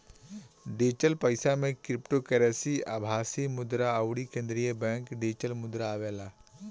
digital पईसा में cryptocurrency, आभासी मुद्रा अउरी केंद्रीय बैंक डिजिटल मुद्रा आवेला